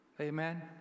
amen